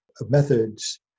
methods